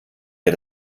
wir